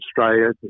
Australia